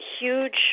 huge